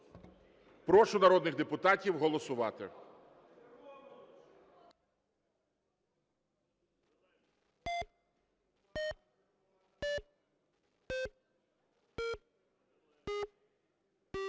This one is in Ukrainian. Прошу народних депутатів голосувати.